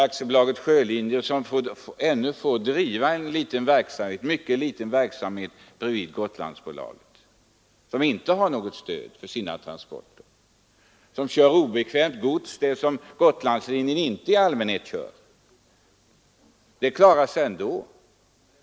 AB Sjölinjer får ännu driva en mycket liten verksamhet vid sidan av Gotlandsbolaget. Detta företag har inte något stöd, och det tar hand om obekvämt gods, sådant som Gotlandsbolaget i allmänhet inte transporterar.